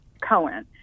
Cohen